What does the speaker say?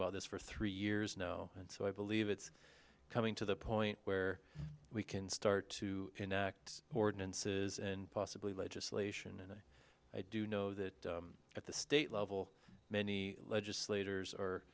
about this for three years now and so i believe it's coming to the point where we can start to enact ordinances and possibly legislation and i do know that at the state level many legislators are